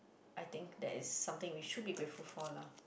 I think that is something we should be grateful for lah